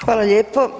Hvala lijepo.